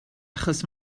achos